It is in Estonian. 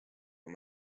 kui